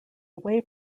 away